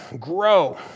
grow